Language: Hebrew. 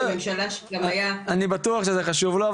אני בטוח שזה חשוב לו,